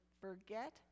forget